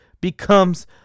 becomes